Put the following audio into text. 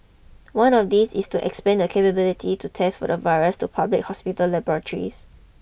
one of these is to expand the capability to test for the virus to public hospital laboratories